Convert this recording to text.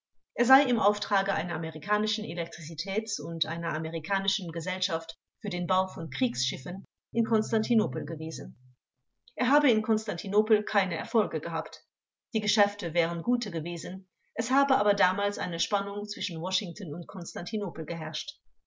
er sei im auftrage einer amerikanischen elektrizitäts und einer amerikanischen gesellschaft für den bau von kriegsschiffen in konstantinopel gewesen er habe in konstantinopel keine erfolge gehabt die geschäfte wären gute gewesen es habe aber damals eine spannung zwischen washington und konstantinopel geherrscht